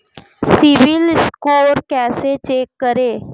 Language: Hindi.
सिबिल स्कोर कैसे चेक करें?